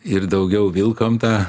ir daugiau vilkom tą